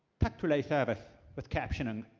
relay service with captioning,